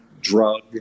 drug